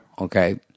Okay